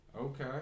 Okay